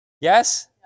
Yes